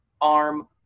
arm